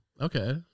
Okay